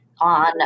on